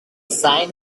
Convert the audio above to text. sign